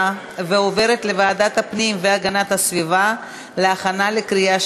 לוועדת הפנים והגנת הסביבה נתקבלה.